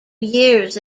years